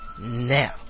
now